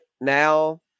now